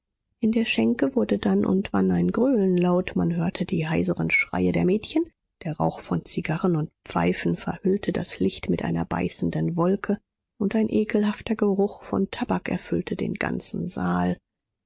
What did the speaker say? in der schenke wurde dann und wann ein gröhlen laut man hörte die heiseren schreie der mädchen der rauch von zigarren und pfeifen verhüllte das licht mit einer beißenden wolke und ein ekelhafter geruch von tabak erfüllte den ganzen saal